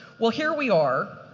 well, here we are,